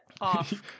off